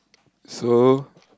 so